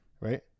right